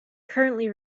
currently